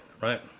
right